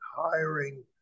hiring